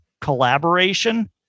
collaboration